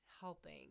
helping